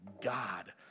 God